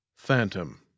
Phantom